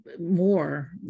more